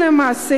למעשה,